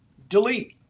delete.